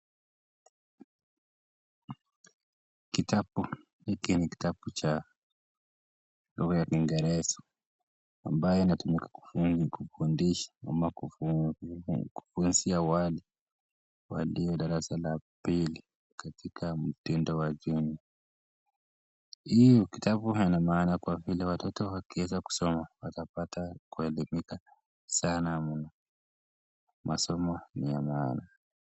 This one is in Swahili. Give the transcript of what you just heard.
Kitabu hiki ni kitabu cha lugha ya kiingereza ambayo inatumika ili kufundisha ama kufunzia watu walio darasa la pili katika mtindo wa chini. Hii kitabu ina maana kwa vile watoto wakieza kusoma watapata kuelimika sanaa mno. Masomo ni ya maana.